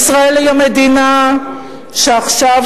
ישראל היא המדינה שעכשיו,